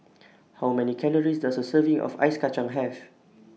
How Many Calories Does A Serving of Ice Kachang Have